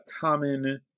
common